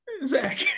Zach